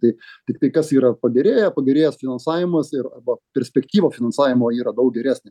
tai tiktai kas yra pagerėję pagerėjęs finansavimas ir arba perspektyva finansavimo yra daug geresnė